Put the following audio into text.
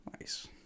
Nice